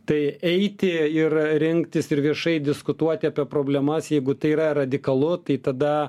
tai eiti ir rinktis ir viešai diskutuoti apie problemas jeigu tai yra radikalu tai tada